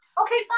okay